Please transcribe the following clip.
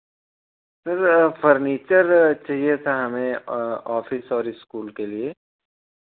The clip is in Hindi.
सर फर्नीचर चाहिए था हमें ऑफिस और इस्कूल के लिए